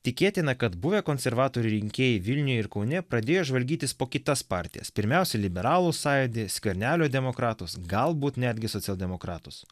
tikėtina kad buvę konservatorių rinkėjai vilniuje ir kaune pradėjo žvalgytis po kitas partijas pirmiausia liberalų sąjūdį skvernelio demokratus galbūt netgi socialdemokratus